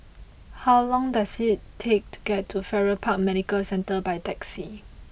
how long does it take to get to Farrer Park Medical Centre by taxi